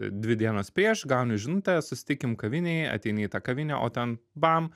dvi dienas prieš gauni žinutę susitikim kavinėj ateini į kavinę o ten bam